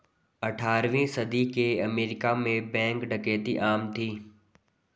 अठारहवीं सदी के अमेरिका में बैंक डकैती आम थी